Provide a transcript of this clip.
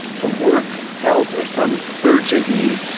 for work, health or some urgent need.